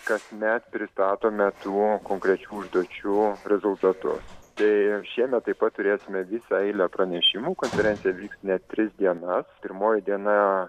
kasmet pristatome tų konkrečių užduočių rezultatus tai šiemet taip pat turėsime visą eilę pranešimų konferencija vyks net tris dienas pirmoji diena